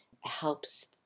helps